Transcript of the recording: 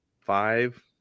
five